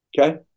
Okay